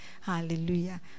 Hallelujah